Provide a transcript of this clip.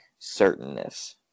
certainness